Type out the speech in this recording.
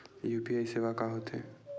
UPI सेवा का होथे?